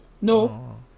No